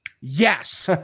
yes